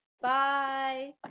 Bye